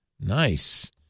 Nice